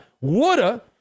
woulda